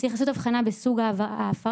צריך לעשות הבחנה בסוג ההפרה).